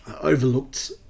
overlooked